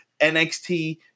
NXT